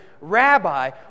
Rabbi